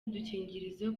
udukingirizo